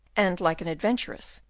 and, like an adventuress,